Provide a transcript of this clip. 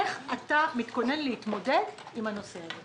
איך אתה מתכונן להתמודד עם הנושא הזה?